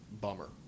bummer